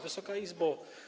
Wysoka Izbo!